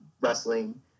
wrestling